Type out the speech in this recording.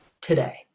today